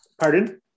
Pardon